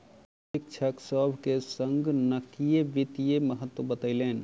शिक्षक सभ के संगणकीय वित्तक महत्त्व बतौलैन